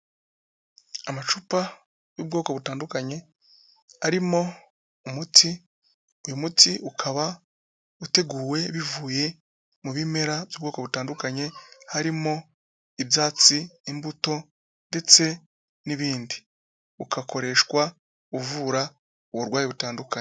Amacupa y'ubwoko butandukanye, arimo umuti, uyu muti ukaba uteguwe bivuye mu bimera by'ubwoko butandukanye, harimo ibyatsi, imbuto ndetse n'ibindi. Ukakoreshwa uvura uburwayi butandukanye.